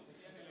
miksi